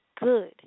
good